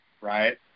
right